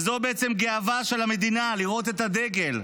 וזו בעצם גאווה של המדינה לראות את הדגל.